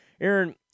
Aaron